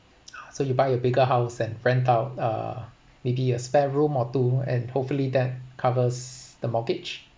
so you buy a bigger house and rent out uh maybe a spare room or two and hopefully that covers the mortgage